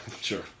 Sure